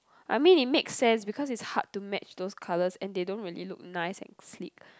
I mean it makes sense because it's hard to match those colours and they don't really look nice and sleek